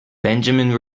benjamin